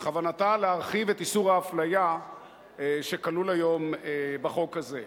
וכוונתה להרחיב את איסור האפליה שכלול היום בחוק הזה.